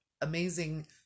amazing